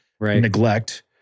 neglect